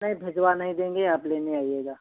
नहीं भिजवा नहीं देंगे आप लेने आइएगा